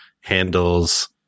handles